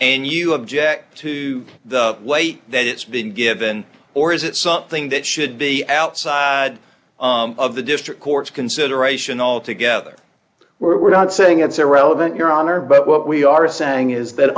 and you object to the weight that it's been given or is it something that should be outside of the district court's consideration altogether we're not saying it's irrelevant your honor but what we are saying is that